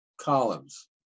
columns